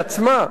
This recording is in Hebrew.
בעצמה,